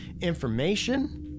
information